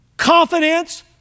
confidence